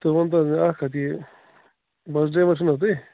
ژٕ وَن تہِ حظ مےٚ اَکھ کَتھ یہِ بَس ڈریور چھِنہٕ حظ تُہۍ